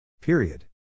Period